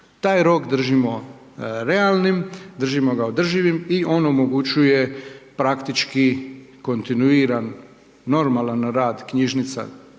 Taj rok držimo realnim, držimo ga održivim o on omogućuje praktički kontinuiran normalan rad knjižnica